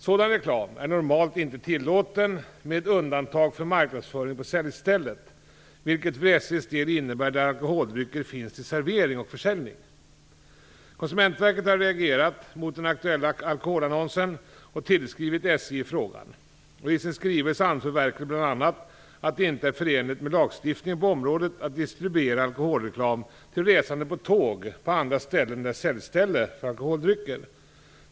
Sådan reklam är normalt inte tillåten, med undantag för marknadsföring på säljstället, vilket för SJ:s del innebär där alkoholdrycker finns till servering och försäljning. Konsumentverket har reagerat mot den aktuella alkoholannonsen och tillskrivit SJ i frågan. I sin skrivelse anför verket bl.a. att det inte är förenligt med lagstiftningen på området att distribuera alkoholreklam till resande på tåg på andra ställen än säljställen för alkoholdrycker.